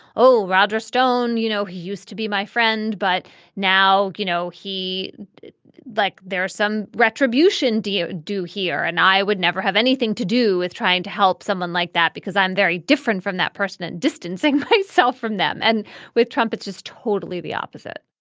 oh, roger stone, you know, he used to be my friend. but now, you know, he like there's some retribution. do you do here? and i would never have anything to do with trying to help someone like that, because i'm very different from that person and distancing but itself from them. and with trump, it's just totally the opposite